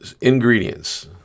Ingredients